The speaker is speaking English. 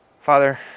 Father